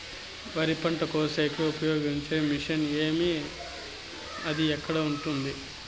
వరి పంట కోసేకి ఉపయోగించే మిషన్ ఏమి అది ఎక్కడ ఉంది?